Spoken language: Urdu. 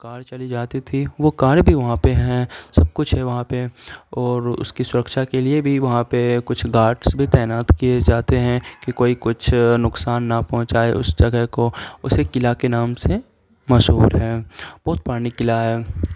کار چلی جاتی تھی وہ کاریں بھی وہاں پہ ہیں سب کچھ ہے وہاں پہ اور اس کی سرکچھا کے لیے بھی وہاں پہ کچھ گارڈس بھی تعینات کیے جاتے ہیں کہ کوئی کچھ نقصان نہ پہنچائے اس جگہ کو اسے قلعہ کے نام سے مشہور ہیں بہت پرانی قلعہ ہے